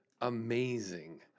amazing